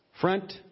front